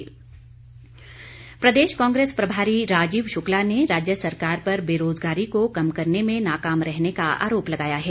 राजीव शुक्ला प्रदेश कांग्रेस प्रभारी राजीव शुक्ला ने राज्य सरकार पर बेरोजगारी को कम करने में नाकाम रहने का आरोप लगाया है